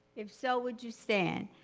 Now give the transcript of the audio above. if so, would you stand?